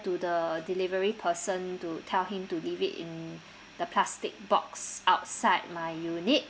to the delivery person to tell him to leave it in the plastic box outside my unit